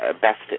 best